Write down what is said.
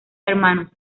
hermanos